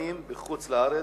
בשכונת עין-אברהים,